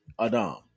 Adam